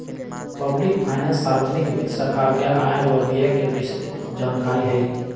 public finance सार्वजनिक वित्त सरकार के आय व व्यय के विस्तृतजानकारी हई